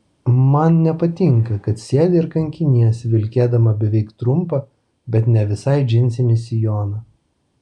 man nepatinka kad sėdi ir kankiniesi vilkėdama beveik trumpą bet ne visai džinsinį sijoną